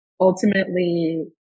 Ultimately